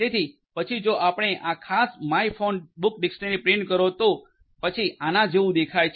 તેથી પછી જો આપણે આ ખાસ માયફોનબુક ડિક્શનરી પ્રિન્ટ કરો તો પછી આના જેવું દેખાય છે